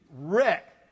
wreck